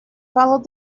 followed